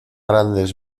grandes